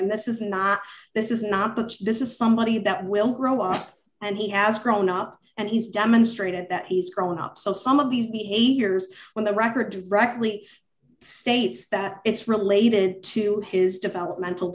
and this is not this is not but this is somebody that will grow up and he has grown up and he's demonstrated that he's grown up so some of these behaviors when the record brackley states that it's related to his developmental